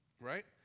Right